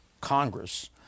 congress